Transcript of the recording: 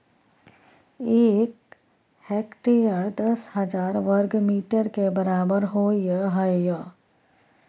एक हेक्टेयर दस हजार वर्ग मीटर के बराबर होय हय